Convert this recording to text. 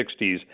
1960s